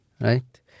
right